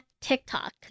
TikTok